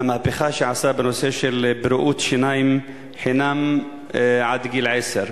על המהפכה שעשה בנושא של בריאות שיניים חינם עד גיל עשר.